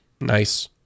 nice